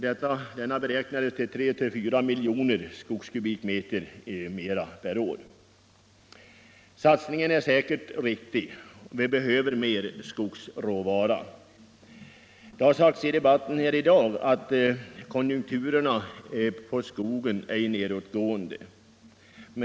Den beräknades till tre fyra miljoner skogskubikmeter mer per år. Satsningen är säkert riktig. Vi behöver mer skogsråvara. Det har i dagens debatt sagts att skogskonjunkturerna är nedåtgående.